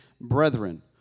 brethren